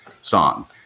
song